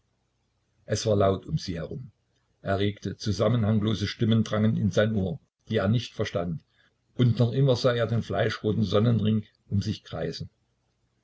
es war laut um sie herum erregte zusammenhanglose stimmen drangen in sein ohr die er nicht verstand und noch immer sah er den fleischroten sonnenring um sich kreisen